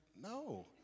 No